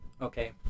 Okay